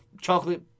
chocolate